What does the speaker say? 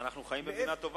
אז אנחנו חיים במדינה טובה,